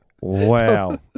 Wow